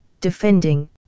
defending